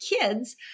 kids